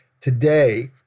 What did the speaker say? today